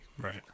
right